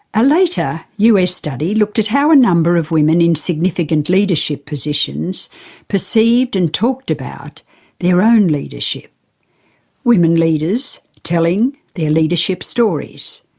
a later us study looked at how a number of women in significant leadership positions perceived and talked about their own leadership women leaders telling their leadership stories.